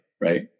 right